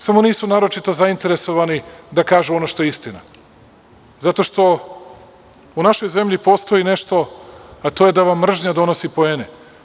Znaju oni to, ali nisu naročito zainteresovani da kažu ono što je istina, jer u našoj zemlji postoji nešto, a to je da vam mržnja donosi poene.